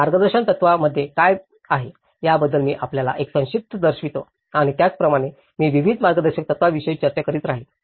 मार्गदर्शकतत्त्वां मध्ये काय आहे याबद्दल मी आपल्याला एक संक्षिप्त दर्शवितो आणि त्याप्रमाणे मी विविध मार्गदर्शक तत्त्वां विषयी चर्चा करीत राहीन